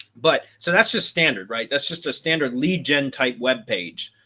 but so that's just standard, right? that's just a standard lead gen type web page.